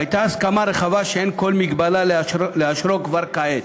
הייתה הסכמה רחבה שאין כל מגבלה לאשרו כבר כעת.